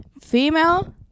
Female